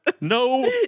No